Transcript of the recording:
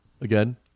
Again